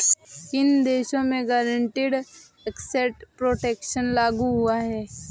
किन देशों में गारंटीड एसेट प्रोटेक्शन लागू हुआ है?